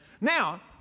Now